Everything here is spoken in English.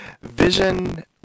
Vision